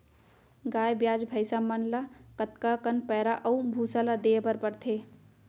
गाय ब्याज भैसा मन ल कतका कन पैरा अऊ भूसा ल देये बर पढ़थे?